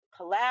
collab